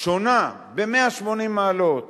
שונה ב-180 מעלות